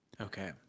Okay